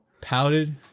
pouted